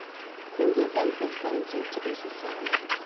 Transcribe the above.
whom he vaguely fancied to be sicilian.